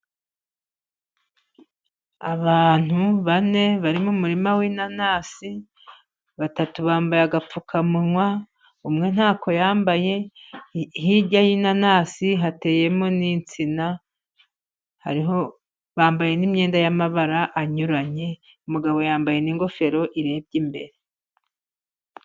Abantu bane bari mu murima w'inanasi, batatu bambaye agapfukamunwa, umwe ntako yambaye, hirya y'inanasi hateyemo n'insina hariho bambaye n' imyenda y'amabara anyuranye, umugabo yambaye n'ingofero irebye imbere.